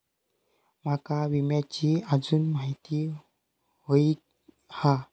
माका विम्याची आजून माहिती व्हयी हा?